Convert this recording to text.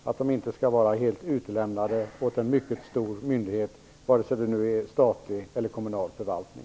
Man skall inte vara helt utlämnad åt en mycket stor myndighet, vare sig det gäller statlig eller kommunal förvaltning.